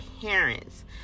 parents